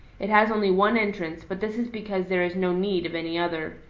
it has only one entrance, but this is because there is no need of any other.